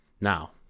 Now